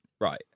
Right